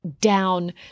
down